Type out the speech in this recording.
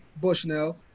Bushnell